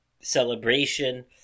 celebration